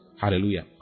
Hallelujah